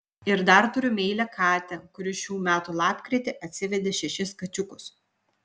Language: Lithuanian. ir dar turiu meilią katę kuri šių metų lapkritį atsivedė šešis kačiukus